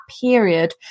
period